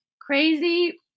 crazy